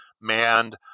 manned